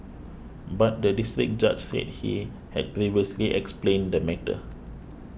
but the District Judge said he had previously explained the matter